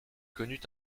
connut